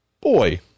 boy